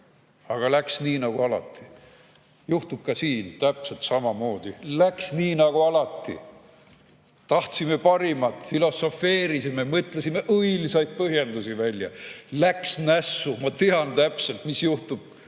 aga läks nii nagu alati. Juhtub ka siin täpselt samamoodi: läks nii nagu alati. Tahtsime parimat, filosofeerisime, mõtlesime õilsaid põhjendusi välja. Läks nässu. Ma tean täpselt, mis juhtub